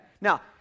Now